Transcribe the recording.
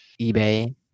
eBay